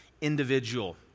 individual